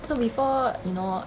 so before you know